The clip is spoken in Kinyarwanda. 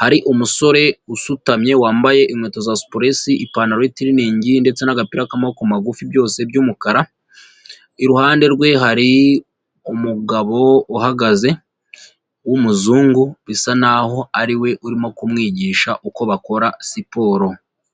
hari umusore usutamye wambaye inkweto za supuresi, ipantaro y'itiriningi ndetse n'agapira k'amaboko magufi byose by'umukara, iruhande rwe hari umugabo uhagaze w'umuzungu, bisa n'aho ariwe urimo kumwigisha uko bakora siporo.